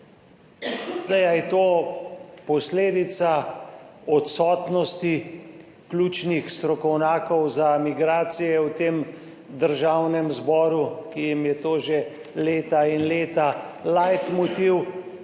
Ali je to posledica odsotnosti ključnih strokovnjakov za migracije v tem državnem zboru, ki jim je to že leta in leta lajtmotiv?